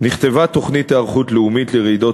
נכתבה תוכנית היערכות לאומית לרעידות